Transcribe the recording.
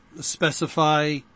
specify